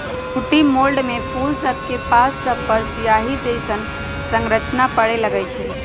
sooty mould में फूल सभके पात सभपर सियाहि जइसन्न संरचना परै लगैए छइ